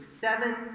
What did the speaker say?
seven